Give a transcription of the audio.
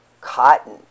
Cotton